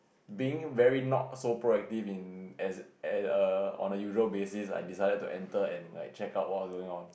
being very not so proactive in as a on a usual basis I decided to enter and like check out what was going on